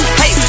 hey